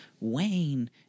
wayne